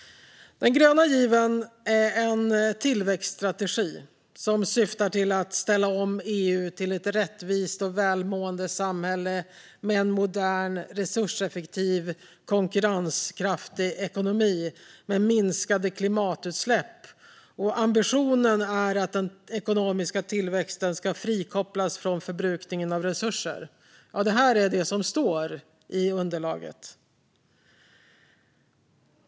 Den gröna given är en tillväxtstrategi som syftar till att ställa om EU till ett rättvist och välmående samhälle med en modern, resurseffektiv och konkurrenskraftig ekonomi med minskade klimatutsläpp. Ambitionen är att den ekonomiska tillväxten ska frikopplas från förbrukningen av resurser. Detta står i underlaget.